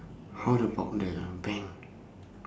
how about the bank